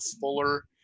Fuller